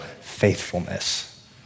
faithfulness